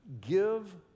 Give